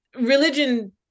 Religion